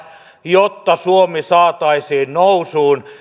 jotta suomi saataisiin nousuun